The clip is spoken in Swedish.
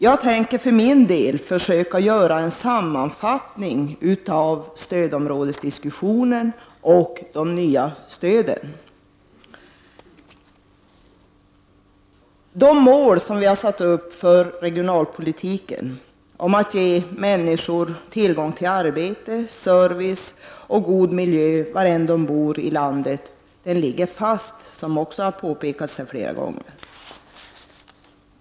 Jag tänker för min del försöka göra en sammanfattning av stödområdesdiskussionen och de nya stöden. De mål vi har satt upp för regionalpolitiken, nämligen att ge människor tillgång till arbete, service och god miljö var de än bor i landet, ligger fast. Detta har påpekats här flera gånger tidigare.